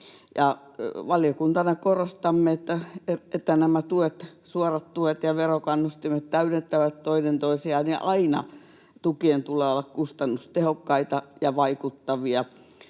Valiokuntana korostamme, että nämä suorat tuet ja verokannustimet täydentävät toinen toisiaan ja aina tukien tulee olla kustannustehokkaita ja vaikuttavia